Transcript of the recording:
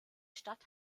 stadt